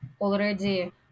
already